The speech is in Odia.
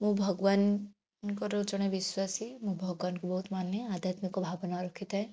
ମୁଁ ଭଗବାନଙ୍କର ଜଣେ ବିଶ୍ୱାସୀ ମୁଁ ଭଗବାନଙ୍କୁ ବହୁତ ମାନେ ଆଧ୍ୟାତ୍ମିକ ଭାବନା ରଖିଥାଏ